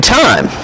time